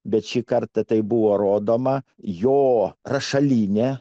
bet šį kartą tai buvo rodoma jo rašaline